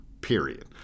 period